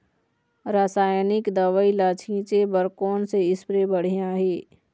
रासायनिक दवई ला छिचे बर कोन से स्प्रे बढ़िया हे?